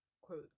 quote